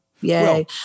yay